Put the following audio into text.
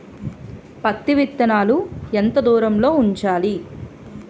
పత్తి విత్తనాలు ఎంత దూరంలో ఉంచాలి?